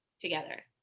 together